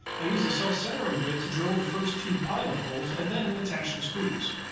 i use a self-centering bit to drill the first two pilot holes and then attach the screws.